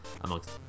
amongst